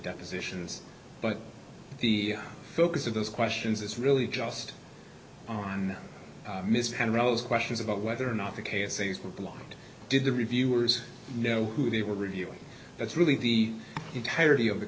depositions but the focus of those questions is really just on mishandles questions about whether or not the cases were blocked did the reviewers know who they were reviewing that's really the entirety of the